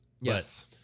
Yes